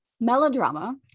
melodrama